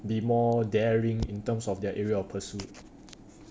be more daring in terms of their area of pursuit